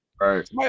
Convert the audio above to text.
Right